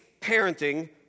parenting